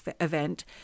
event